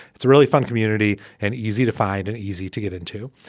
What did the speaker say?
it's a really fun community and easy to find and easy to get into.